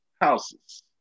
houses